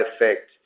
effect